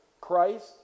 christ